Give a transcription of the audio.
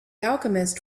alchemist